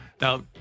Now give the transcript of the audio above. Now